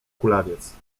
kulawiec